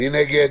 מי נגד?